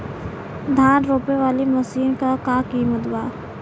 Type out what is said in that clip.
धान रोपे वाली मशीन क का कीमत बा?